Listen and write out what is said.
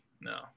No